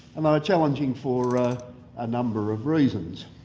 um and challenging for a number of reasons.